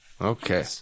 okay